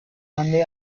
mandé